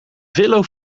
villo